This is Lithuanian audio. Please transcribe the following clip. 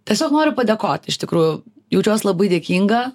tiesiog noriu padėkoti iš tikrųjų jaučiuos labai dėkinga